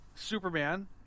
Superman